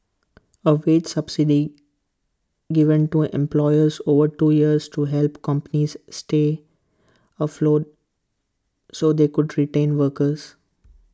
A wage subsidy given to employers over two years to help companies stay afloat so they could tain workers